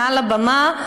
מעל הבמה,